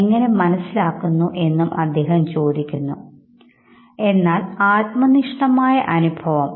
നമ്മൾ നന്നായിരിക്കുന്നു എന്ന മറുപടിക്ക് പകരം സാധാരണയായി കൊടുക്കുന്നത് കുഴപ്പമില്ല എന്നുള്ള മറുപടിയാണ്